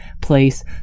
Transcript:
place